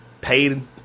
paid